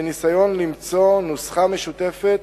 בניסיון למצוא נוסחה משותפת